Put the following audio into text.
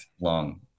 long